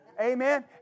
Amen